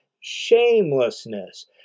shamelessness